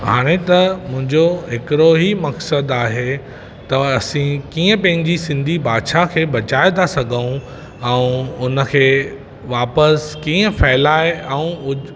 हाणे त मुंहिंजो हिकिड़ो ई मक़्सदु आहे त असां कीअं पंहिंजी सिंधी भाषा खे बचाए था सघूं ऐं उन खे वापसि कीअं फैलाए ऐं उद